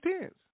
tense